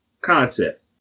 concept